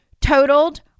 totaled